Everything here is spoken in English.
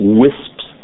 wisps